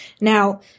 Now